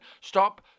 Stop